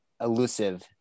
elusive